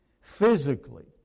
physically